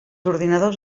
ordinadors